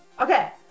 Okay